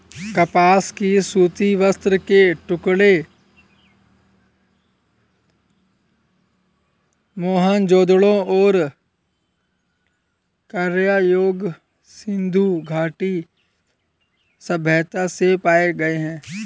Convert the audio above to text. कपास के सूती वस्त्र के टुकड़े मोहनजोदड़ो और कांस्य युग सिंधु घाटी सभ्यता से पाए गए है